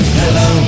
hello